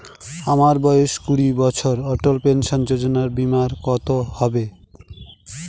আমার বয়স কুড়ি বছর অটল পেনসন যোজনার প্রিমিয়াম কত হবে?